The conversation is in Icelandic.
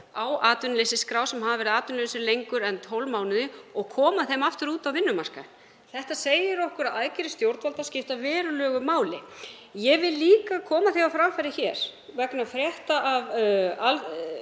á atvinnuleysisskrá sem hafa verið atvinnulausir lengur en 12 mánuði og koma þeim aftur út á vinnumarkaðinn. Þetta segir okkur að aðgerðir stjórnvalda skipta verulegu máli. Ég vil líka koma því á framfæri hér, vegna frétta af